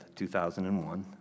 2001